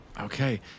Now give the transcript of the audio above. Okay